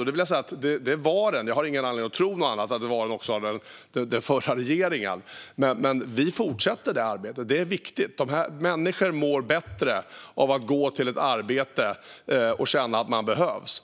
Och jag har ingen anledning att tro något annat än att denna grupp var prioriterad också av den förra regeringen. Men vi fortsätter detta arbete. Det är viktigt. Människor mår bättre av att gå till ett arbete och känna att de behövs.